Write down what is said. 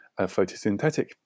photosynthetic